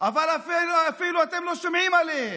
אבל אתם אפילו לא שומעים עליהם,